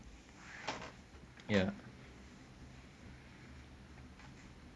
ya